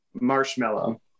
Marshmallow